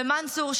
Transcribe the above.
ומנצור,